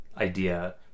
idea